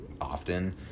often